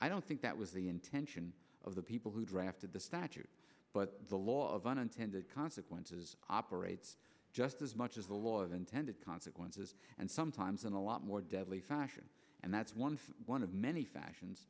i don't think that was the intention of the people who drafted the statute but the law of unintended consequences operates just as much as the laws intended consequences and sometimes in a lot more deadly fashion and that's one one of many fashions